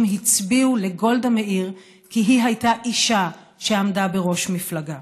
הצביעו לגולדה מאיר כי היא הייתה אישה שעמדה בראש מפלגה.